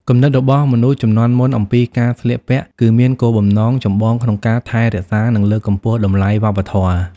គំនិតរបស់មនុស្សជំនាន់មុនអំពីការស្លៀកពាក់គឺមានគោលបំណងចម្បងក្នុងការថែរក្សានិងលើកកម្ពស់តម្លៃវប្បធម៌។